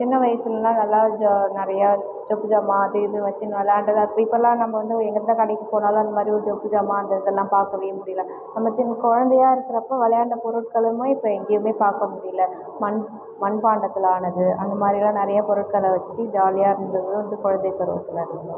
சின்ன வயசுலலாம் விளையாட்டு ஜா நிறையா சொப்பு சாமான் அது இதுன்னு வச்சின்னு விளையாண்டது இப்போலாம் நம்ப வந்து எந்த கடைக்குப் போனாலும் அந்த மாரி ஒரு சொப்பு சாமான் அந்த இதெல்லாம் பார்க்கவே முடியல நம்ம சின்னக் குழந்தையா இருக்கிறப்போ விளையாண்ட பொருட்களுமே இப்போ எங்கையுமே பார்க்க முடியல மண் மண்பாண்டத்தில் ஆனது அந்த மாரிலாம் நிறைய பொருட்களை வச்சு ஜாலியாக இருந்தது வந்து குழந்தைப் பருவத்தில் மட்டும் தான்